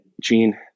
Gene